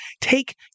take